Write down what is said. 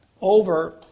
over